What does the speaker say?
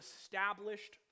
established